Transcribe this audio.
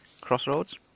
crossroads